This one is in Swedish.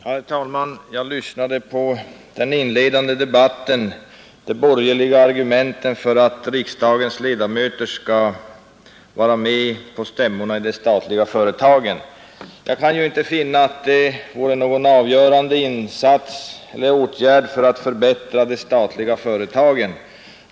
Herr talman! Jag lyssnade i den inledande debatten på de borgerliga argumenten för att riksdagens ledamöter skall vara med på stämmorna i de statliga företagen. Jag kan inte finna att det vore någon avgörande åtgärd för att förbättra de statliga företagen.